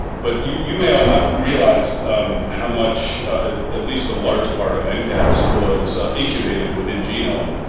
but you you may all not realize how much at least a large part of and ncats was incubated within genome.